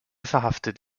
verhaftet